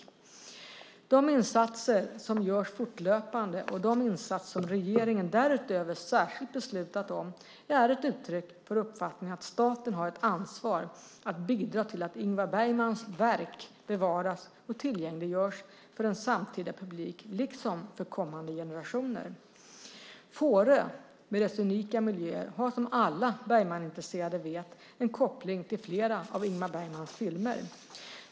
De insatser som görs fortlöpande och de insatser som regeringen därutöver särskilt beslutat om är ett uttryck för uppfattningen att staten har ett ansvar att bidra till att Ingmar Bergmans verk bevaras och tillgängliggörs för en samtida publik liksom för kommande generationer. Fårö, med dess unika miljöer, har som alla Bergmanintresserade vet en koppling till flera av Ingmar Bergmans filmer.